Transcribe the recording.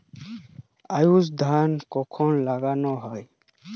আউশ ধান কখন লাগানো হয়?